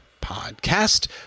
podcast